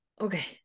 okay